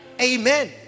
Amen